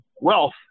wealth